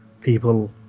people